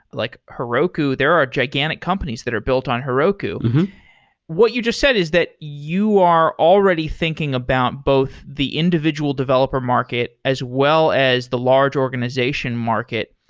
like heroku. there are gigantic companies that are built on heroku what you just said is that you are already thinking about both the individual developer market, as well as the large organization market.